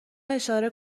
اشاره